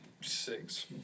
six